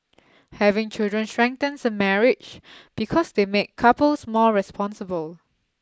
having children strengthens a marriage because they make couples more responsible